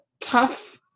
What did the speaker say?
tough